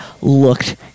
looked